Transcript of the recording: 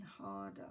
harder